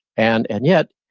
and and yet,